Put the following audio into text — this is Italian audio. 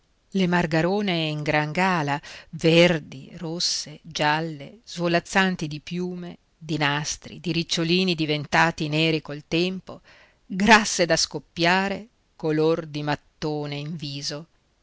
marito le margarone in gran gala verdi rosse gialle svolazzanti di piume di nastri di ricciolini diventati neri col tempo grasse da scoppiare color di mattone in viso